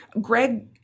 Greg